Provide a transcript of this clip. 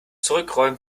zurückrollen